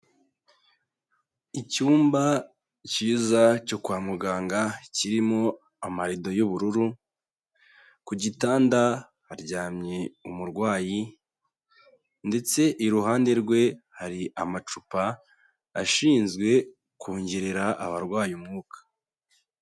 Icyumba kiza cyo kwa muganga, kirimo amarido y'ubururu, ku gitanda haryamye umurwayi ndetse iruhande rwe hari amacupa, ashinzwe kongerera abarwayi umwuka.